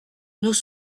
nous